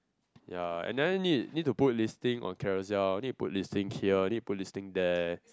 ya and then need need to put listing on Carousel need to put listing here need to put listing there